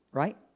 right